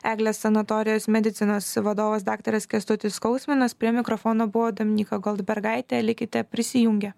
eglės sanatorijos medicinos vadovas daktaras kęstutis skausminas prie mikrofono buvo dominyka goldbergaitė likite prisijungę